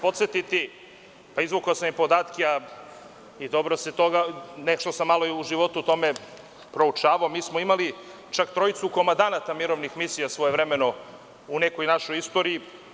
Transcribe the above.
Podsetiću vas, a izvukao sam i podatke, a nešto sam malo o tome u životu i proučavao, mi smo imali čak trojicu komandanata mirovnih misija svojevremeno u nekoj našoj istoriji.